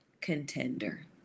contender